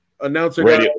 announcer